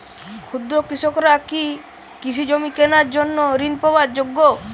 ক্ষুদ্র কৃষকরা কি কৃষিজমি কেনার জন্য ঋণ পাওয়ার যোগ্য?